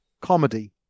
Comedy